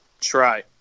Try